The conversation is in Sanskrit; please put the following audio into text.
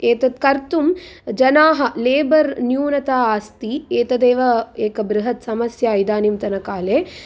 एतत् कर्तुं जनाः लेबर् न्यूनता अस्ति एतदेव एक बृहत् समस्या इदानींतन काले